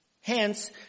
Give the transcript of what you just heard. Hence